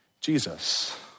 Jesus